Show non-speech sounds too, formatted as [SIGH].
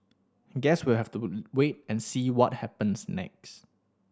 guess we have to [UNINTELLIGIBLE] wait and see what happens next